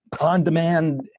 on-demand